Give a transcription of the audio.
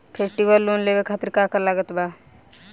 Festival loan लेवे खातिर का का लागत बा?